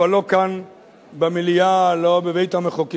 אבל לא כאן במליאה, לא בבית-המחוקקים,